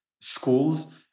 schools